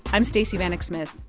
i'm stacey vanek smith.